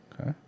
Okay